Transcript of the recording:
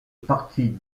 parties